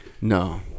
No